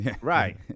Right